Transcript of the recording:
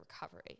recovery